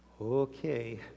okay